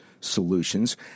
solutions